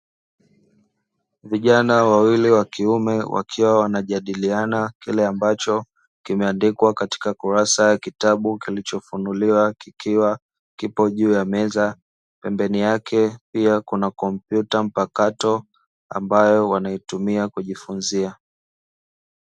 Vijana wawili wa kiume, wakiwa wanajadiliana kile ambacho kimeandikwa katika kurasa ya kitabu kilichofunuliwa, kikiwa kipo juu ya meza. Pembeni yake pia kuna kompyuta mpakato ambayo wanaitumia kujifunzia.